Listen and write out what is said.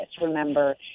remember